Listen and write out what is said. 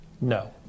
No